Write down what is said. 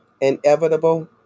inevitable